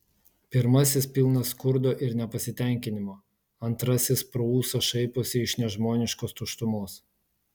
pirmasis pilnas skurdo ir nepasitenkinimo antrasis pro ūsą šaiposi iš nežmoniškos tuštumos